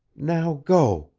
now go,